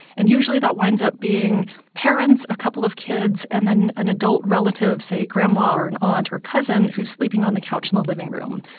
and usually, that winds up being parents, a couple of kids and then an adult relative say, grandma or an aunt or cousin who's sleeping on the couch in and the living room.